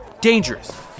Dangerous